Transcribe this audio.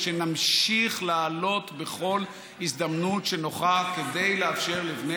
ושנמשיך להעלות בכל הזדמנות שנוכל כדי לאפשר לבני